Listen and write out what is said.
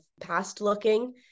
past-looking